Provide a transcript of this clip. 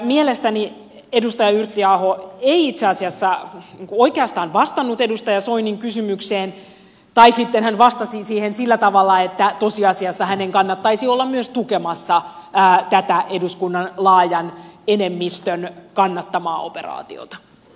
mielestäni edustaja yrttiaho ei itse asiassa oikeastaan vastannut edustaja soinin kysymykseen tai sitten hän vastasi siihen sillä tavalla että tosiasiassa hänen kannattaisi olla myös tukemassa tätä eduskunnan laajan enemmistön kannattamaa operaatiota